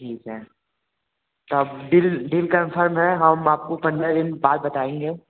ठीक है तब डील डील कंफर्म है हम आपको पंद्रह दिन बाद बताएंगे